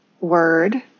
word